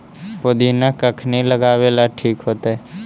पुदिना कखिनी लगावेला ठिक होतइ?